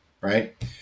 right